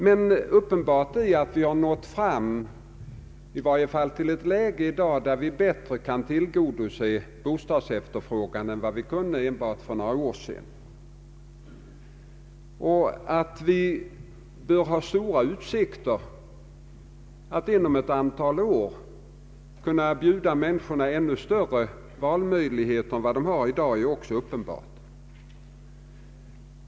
Men uppenbart är att vi i dag nått fram till ett läge där vi bättre kan tillgodose bostadsefterfrågan än vad vi kunde ännu för några år sedan. Att vi bör ha stora utsikter att inom ett antal år kunna bjuda människorna ännu större valmöjligheter i fråga om bostad än de har i dag är också uppenbart.